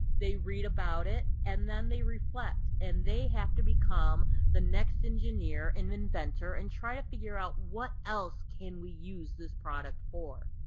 they read about it and then they reflect. and they have to become the next engineer and inventor and try and figure out what else can we use this product for.